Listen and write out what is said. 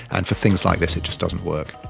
and for things like this it just doesn't work.